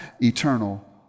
eternal